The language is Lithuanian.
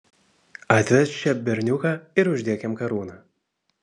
atvesk čia berniuką ir uždėk jam karūną